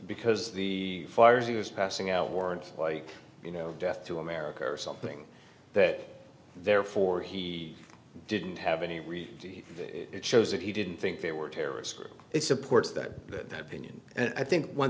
because the fires he was passing out weren't like you know death to america or something that therefore he didn't have any read it shows that he didn't think there were terrorists it supports that opinion and i think one